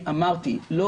אמרתי שהביטוח הלאומי,